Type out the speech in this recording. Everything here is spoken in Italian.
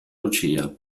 lucia